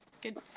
Good